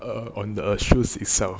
err on the shoes itself